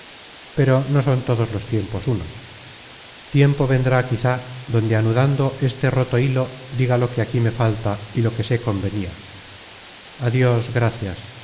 pero no son todos los tiempos unos tiempo vendrá quizá donde anudando este roto hilo diga lo que aquí me falta y lo que sé convenia adios gracias